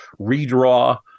redraw